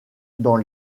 dans